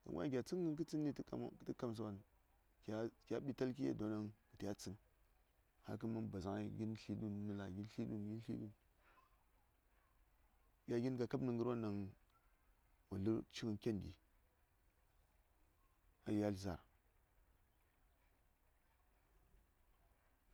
dzaŋ gon yan kya tsən ngən tə kamtsa wan kə mbital kiyaddiyo ɗaŋ kə ta ya tsən har kə man basaŋ ngəi nə la gin tli ɗun gin tli ɗun gya gin kakab nə ngər won ɗaŋ wo lər ci ngən ken ɗi a yalt zaar